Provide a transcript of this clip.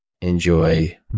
Enjoy